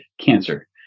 cancer